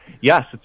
Yes